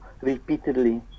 repeatedly